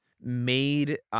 made